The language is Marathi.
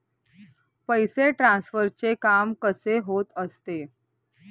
पैसे ट्रान्सफरचे काम कसे होत असते?